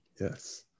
Yes